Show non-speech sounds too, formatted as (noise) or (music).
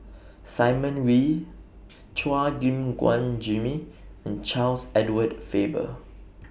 (noise) Simon Wee (noise) Chua Gim Guan Jimmy and Charles Edward Faber